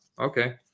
Okay